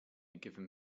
given